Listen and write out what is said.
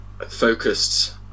focused